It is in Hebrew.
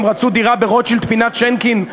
הם רצו דירה ברוטשילד פינת שינקין.